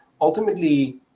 ultimately